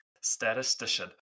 Statistician